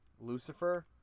lucifer